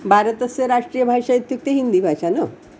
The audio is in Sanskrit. भारतस्य राष्ट्रीयभाषा इत्युक्ते हिन्दीभाषा न